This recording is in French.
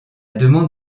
demande